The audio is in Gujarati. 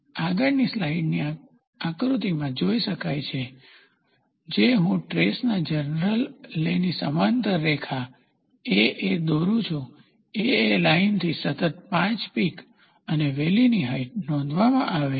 આગળની સ્લાઈડમાં આકૃતિમાં જોઈ શકાય છે જે હું ટ્રેસના જનરલ લેની સમાંતર રેખા AA દોરું છું AA લાઇનથી સતત 5 પીક અને વેલી ની હાઇટ નોંધવામાં આવે છે